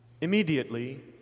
Immediately